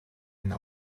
einen